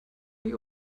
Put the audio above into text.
die